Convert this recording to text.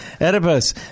Oedipus